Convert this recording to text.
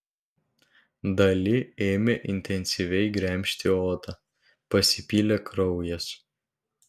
dali ėmė intensyviai gremžti odą pasipylė kraujas